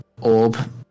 orb